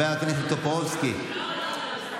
לא, לא.